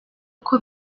uko